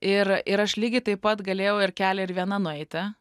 ir ir aš lygiai taip pat galėjau ir kelią ir viena nueiti